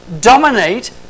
dominate